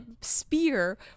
spear